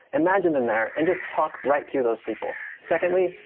imagine them there and just talk right to those people. secondly,